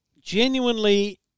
genuinely